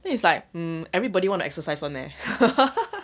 then it's like mm everybody want to exercise one leh